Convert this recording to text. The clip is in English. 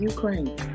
Ukraine